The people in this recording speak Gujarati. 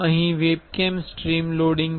અહીં વેબકેમ સ્ટ્રીમ લોડિંગ છે